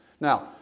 now